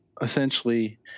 essentially